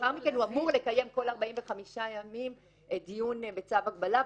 ולאחר מכן הוא אמור לקיים כל 45 ימים דיון בצו הגבלה.